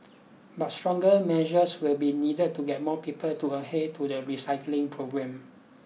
but stronger measures will be needed to get more people to adhere to the recycling program